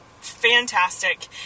fantastic